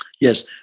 Yes